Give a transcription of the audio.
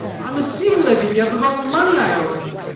i must see lebedieff about the money i owe him.